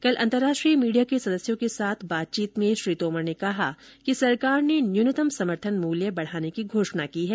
कल अंतर्राष्ट्रीय मीडिया के सदस्यों के साथ बातचीत में श्री तोमर ने कहा कि सरकार ने न्यूनतम समर्थन मूल्य बढ़ाने की घोषणा की है